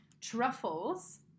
truffles